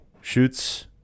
shoots